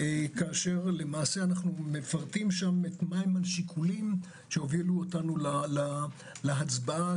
אנו מפרטים שם מה השיקולים שהובילו אותנו להצבעה